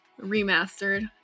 remastered